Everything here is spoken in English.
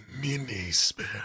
mini-spell